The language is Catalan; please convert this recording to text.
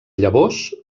llavors